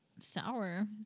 Sour